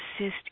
assist